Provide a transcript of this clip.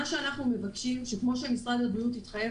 אנחנו מבקשים שכמו שמשרד הבריאות התחייב